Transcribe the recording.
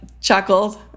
chuckled